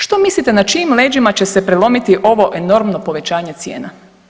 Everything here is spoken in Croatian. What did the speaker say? Što mislite na čijim leđima će se prelomiti ovo enormno povećanje cijena?